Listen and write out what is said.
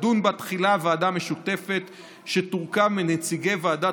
תדון בה תחילה ועדה משותפת שתורכב מנציגי ועדת